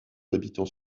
habitant